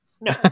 no